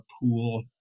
pool